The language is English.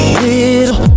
little